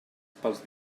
pels